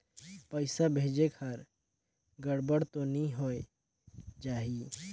पइसा भेजेक हर गड़बड़ तो नि होए जाही?